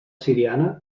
siriana